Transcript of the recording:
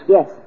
Yes